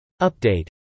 Update